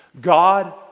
God